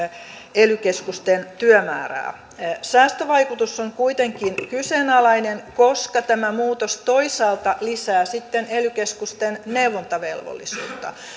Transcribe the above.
ely keskusten työmäärää säästövaikutus on kuitenkin kyseenalainen koska tämä muutos toisaalta lisää sitten ely keskusten neuvontavelvollisuutta